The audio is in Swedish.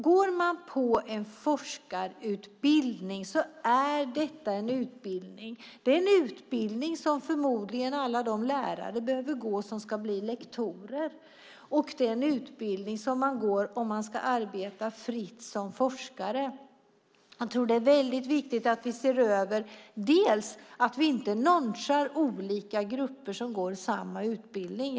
Går man på en forskarutbildning är det just en utbildning. Det är en utbildning som förmodligen alla de lärare som ska bli lektorer behöver gå, och det är en utbildning man går om man ska arbeta fritt som forskare. Det är viktigt att vi ser till att vi inte nonchalerar olika grupper som går samma utbildning.